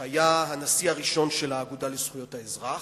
שהיה הנשיא הראשון של האגודה לזכויות האזרח,